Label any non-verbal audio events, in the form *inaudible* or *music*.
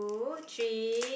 *breath*